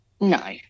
No